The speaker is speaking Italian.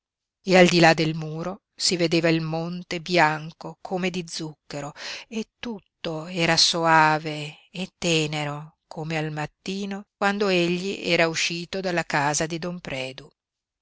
e al di là del muro si vedeva il monte bianco come di zucchero e tutto era soave e tenero come al mattino quando egli era uscito dalla casa di don predu